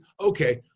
okay